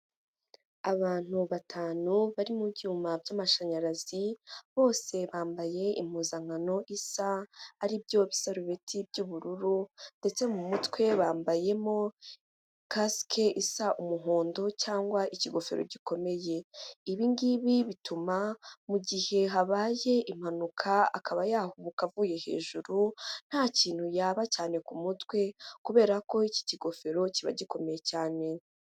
Abantu batanu bari mu byuma by'amashanyarazi bose bambaye impuzankano isa ari byo bisarubeti by'ubururu ndetse mu mutwe bambayemo kasike isa umuhondo cyangwa ikigofero gikomeye, ibi ngibi bituma mu gihe habaye impanuka akaba yahubuka avuye hejuru nta kintu yaba cyane ku mutwe kubera ko iki kigofero kiba gikomeye cyane.